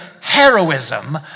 heroism